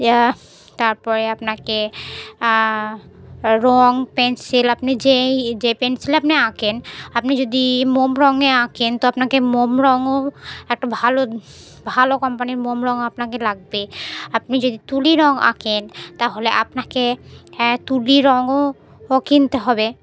তারপরে আপনাকে রঙ পেনসিল আপনি যেই যে পেনসিল আপনি আঁকেন আপনি যদি মোম রঙে আঁকেন তো আপনাকে মোম রঙও একটা ভালো ভালো কোম্পানির মোম রঙও আপনাকে লাগবে আপনি যদি তুলি রঙ আঁকেন তাহলে আপনাকে তুলি রঙ কিনতে হবে